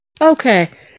Okay